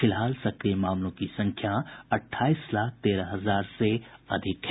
फिलहाल सक्रिय मामलों की संख्या अठाईस लाख तेरह हजार से अधिक है